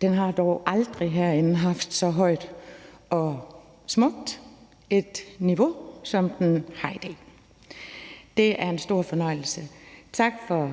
Den har dog aldrig herinde haft så højt og smukt et niveau, som den har i dag. Det er en stor fornøjelse. Tak for